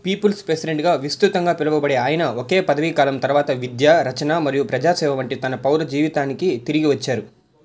peoples ప్రెసిడెంట్గా విస్తృతంగా పిలువబడే ఆయన ఒకే పదవీకాలం తర్వాత విద్య రచన మరియు ప్రజాసేవ వంటి తన పౌర జీవితానికి తిరిగి వచ్చారు